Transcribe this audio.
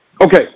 Okay